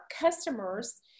customers